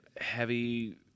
heavy